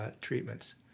treatments